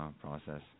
process